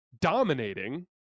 dominating